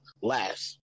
last